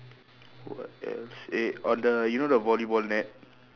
what else eh on the you know the volleyball net